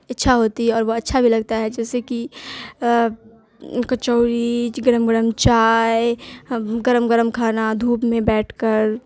اچھا ہوتی ہے اور وہ اچھا بھی لگتا ہے جیسے کہ کچوری گرم گرم چائے گرم گرم کھانا دھوپ میں بیٹھ کر